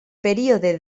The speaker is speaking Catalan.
període